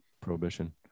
prohibition